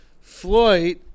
Floyd